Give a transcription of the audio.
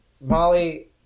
Molly